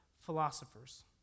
philosophers